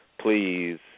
please